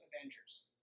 Avengers